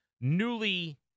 newly